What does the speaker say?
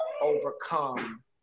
overcome